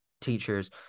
teachers